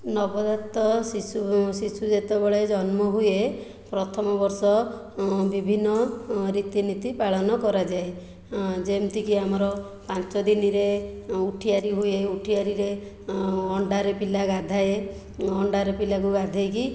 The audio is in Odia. ନବଜାତ ଶିଶୁ ଶିଶୁ ଯେତେବେଳେ ଜନ୍ମ ହୁଏ ପ୍ରଥମ ବର୍ଷ ବିଭିନ୍ନ ରୀତି ନୀତି ପାଳନ କରାଯାଏ ଯେମିତିକି ଆମର ପାଞ୍ଚ ଦିନରେ ଉଠିଆରି ହୁଏ ଉଠିଆରିରେ ଅଣ୍ଡାରେ ପିଲା ଗାଧାଏ ଅଣ୍ଡାରେ ପିଲାକୁ ଗାଧୋଇକି